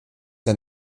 der